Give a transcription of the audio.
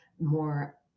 more